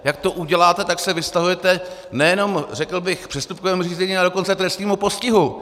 Jak to uděláte, tak se vystavujete nejenom řekl bych přestupkovému řízení, ale dokonce trestnímu postihu!